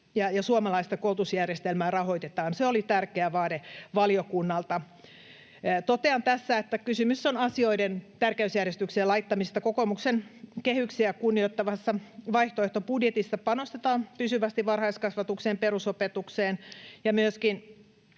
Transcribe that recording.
ja suomalaista koulutusjärjestelmää rahoitetaan. Se oli tärkeä vaade valiokunnalta. Totean tässä, että kysymys on asioiden tärkeysjärjestykseen laittamisesta. Kokoomuksen kehyksiä kunnioittavassa vaihtoehtobudjetissa panostetaan pysyvästi varhaiskasvatukseen ja perusopetukseen, ja myöskin